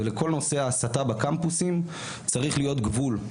ולכל נושא ההסתה בקמפוסים צריך להיות גבול.